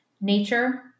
nature